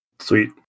Sweet